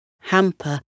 Hamper